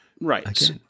Right